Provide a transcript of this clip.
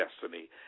destiny